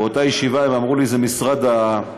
באותה ישיבה הם אמרו לי: זה משרד החינוך.